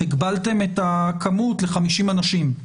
הגבלתם את הכמות ל-50 אנשים.